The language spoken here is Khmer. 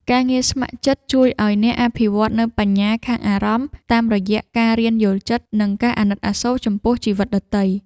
ការងារស្ម័គ្រចិត្តជួយឱ្យអ្នកអភិវឌ្ឍនូវ បញ្ញាខាងអារម្មណ៍ តាមរយៈការរៀនយល់ចិត្ត និងការអាណិតអាសូរចំពោះជីវិតដទៃ។